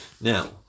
Now